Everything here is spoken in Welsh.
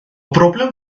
broblem